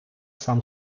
сам